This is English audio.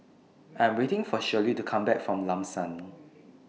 I'm waiting For Shirley to Come Back from Lam San